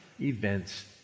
events